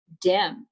dim